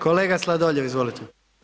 Kolega Sladoljev, izvolite.